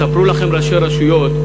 יספרו לכם ראשי רשויות,